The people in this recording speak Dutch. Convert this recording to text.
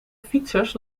fietsers